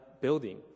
building